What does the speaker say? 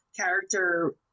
character